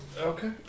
Okay